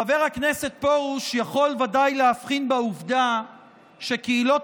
חבר הכנסת פרוש יכול ודאי להבחין בעובדה שקהילות